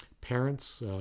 parents